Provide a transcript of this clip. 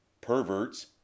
perverts